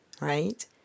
right